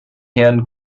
herrn